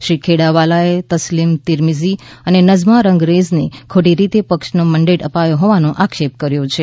શ્રી ખેડાવાલાએ તસ્લીમ તીરમીઝી અને નઝમા રંગરેજને ખોટી રીતે પક્ષનો મેન્ડેટ અપાયો હોવાનો આક્ષેપ કર્યો છે